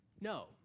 no